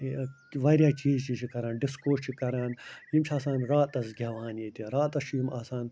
واریاہ چیٖز تہِ چھِ کران ڈِسکو چھِ کران یِم چھِ آسان راتَس گٮ۪وان ییٚتہِ راتَس چھِ یِم آسان